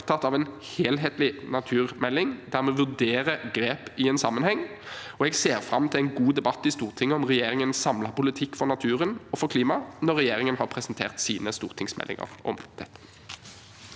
jeg er opptatt av en helhetlig naturmelding der vi vurderer grep i en sammenheng. Jeg ser fram til en god debatt i Stortinget om regjeringens samlede politikk for naturen og for klimaet når regjeringen har presentert sine stortingsmeldinger om dette.